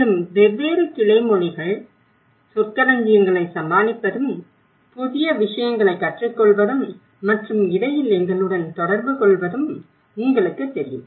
மேலும் வெவ்வேறு கிளைமொழிகள் சொற்களஞ்சியங்களை சமாளிப்பதும் புதிய விஷயங்களைக் கற்றுக்கொள்வதும் மற்றும் இடையில் எங்களுடன் தொடர்புகொள்வதும் உங்களுக்குத் தெரியும்